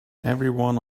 everyone